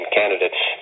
candidates